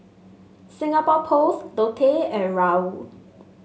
Singapore Post Lotte and Raoul